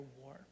war